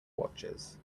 watches